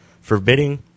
forbidding